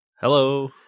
Hello